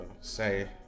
say